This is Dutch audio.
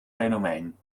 fenomeen